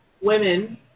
women